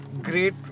great